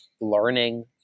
learning